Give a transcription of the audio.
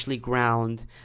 ground